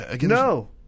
No